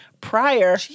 prior